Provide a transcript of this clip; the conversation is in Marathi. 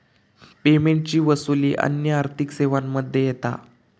पेमेंटची वसूली अन्य आर्थिक सेवांमध्ये येता